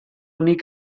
nik